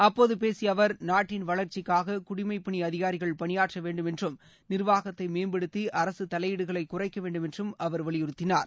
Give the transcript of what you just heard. அப்போது பேசிய அவர் நாட்டின் வளர்ச்சிக்காக குடிமைப்பணி அதிகாரிகள் பணியாற்ற வேண்டும் என்றும் நிர்வாகத்தை மேம்படுத்தி அரசு தலையீடுகளை குறைக்க வேண்டும் என்றும் அவர் வலியுறுத்தினார்